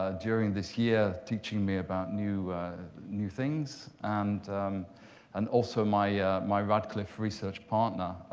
ah during this year, teaching me about new new things. and and also my my radcliffe research partner,